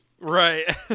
Right